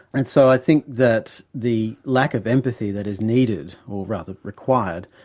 and so i think that the lack of empathy that is needed, or rather required,